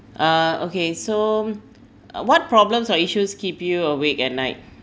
uh okay so uh what problems or issues keep you awake at night